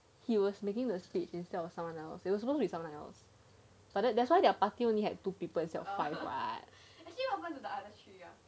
he was making the speed instead of someone else it was suppose to be someone else but that that's why their party only had two people only what